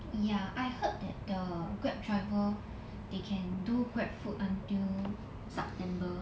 ya I heard that the Grab driver they can do Grab food until september